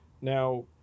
now